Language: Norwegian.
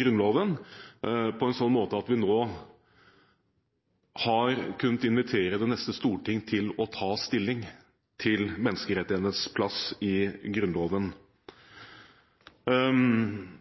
Grunnloven, på en slik måte at vi nå har kunnet invitere det neste storting til å ta stilling til menneskerettighetenes plass i Grunnloven.